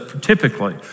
typically